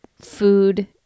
food